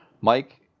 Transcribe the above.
Mike